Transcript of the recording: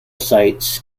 sites